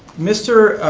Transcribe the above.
mr.